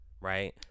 right